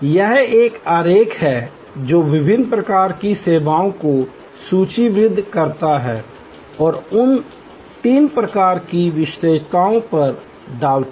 यह एक आरेख है जो विभिन्न प्रकार की सेवाओं को सूचीबद्ध करता है और उन्हें इन तीन प्रकार की विशेषताओं पर डालता है